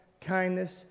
kindness